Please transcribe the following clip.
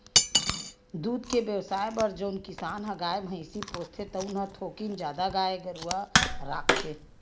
दूद के बेवसाय बर जउन किसान ह गाय, भइसी पोसथे तउन ह थोकिन जादा गाय गरूवा राखथे